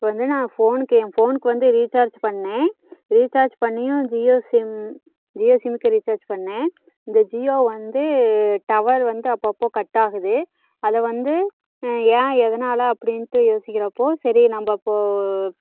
இப்போ வந்து நான் ஃபோனுக்கு என் ஃபோனுக்கு வந்து ரீசார்ஜ் பண்ணேன் ரீசார்ஜ் பண்ணியும் ஜியோ சிம் ஜியோ சிம்க்கு ரீசார்ஜ் பண்ணேன் இந்த ஜியோ வந்து டவர் வந்து அப்பப்போ கட்டாகுது அதை வந்து ஏன் எதனால் அப்படின்ட்டு யோசிக்கிறப்போது சரி நம்ம போ